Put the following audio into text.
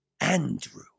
Andrew